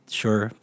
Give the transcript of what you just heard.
sure